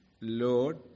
Lord